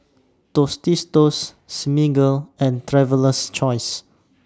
Tostitos Smiggle and Traveler's Choice